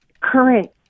current